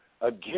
Again